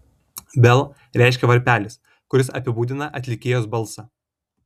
bell reiškia varpelis kuris apibūdina atlikėjos balsą